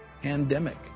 pandemic